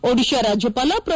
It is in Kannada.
ಒಡಿತಾ ರಾಜ್ಯವಾಲ ಪ್ರೊ